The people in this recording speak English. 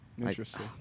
Interesting